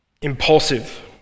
impulsive